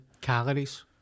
Calories